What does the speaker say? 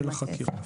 של החקירה.